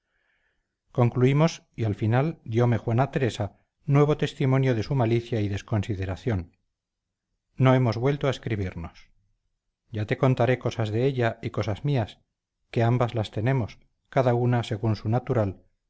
concluimos y al final diome juana teresa nuevo testimonio de su malicia y desconsideración no hemos vuelto a escribirnos ya te contaré cosas de ella y cosas mías que ambas las tenemos cada una según su natural